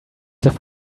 have